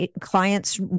clients